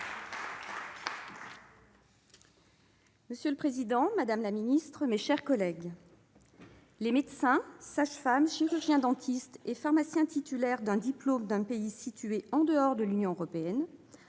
Monsieur le président, madame la secrétaire d'État, mes chers collègues, les médecins, sages-femmes, chirurgiens-dentistes et pharmaciens titulaires d'un diplôme d'un pays situé en dehors de l'Union européenne-